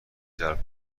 جلب